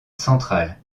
centrale